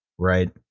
right?